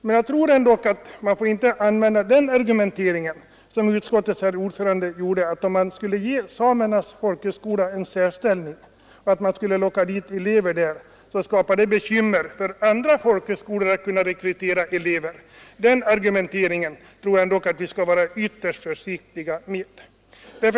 Men jag tror ändå inte att man skall använda den argumentering som utskottets ordförande anförde. Han sade att om man skulle ge Samernas folkhögskola en särställning, skulle man locka dit elever och därmed skapa bekymmer för andra folkhögskolor när det gäller att rekrytera elever. Den argumenteringen tror jag vi skall vara ytterst försiktiga med.